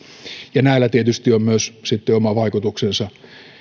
ja näillä tietysti on myös oma vaikutuksensa